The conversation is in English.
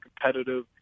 competitive